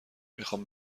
میخوام